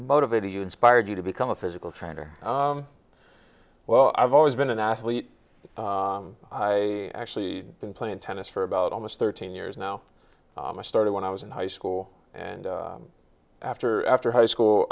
motivated you inspired you to become a physical trainer well i've always been an athlete i actually been playing tennis for about almost thirteen years now i started when i was in high school and after after high school